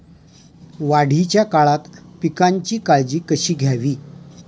वाढीच्या काळात पिकांची काळजी कशी घ्यावी?